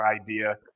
idea